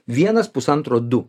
vienas pusantro du